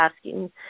asking